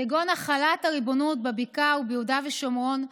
כגון החלת הריבונות בבקעה וביהודה ושומרון,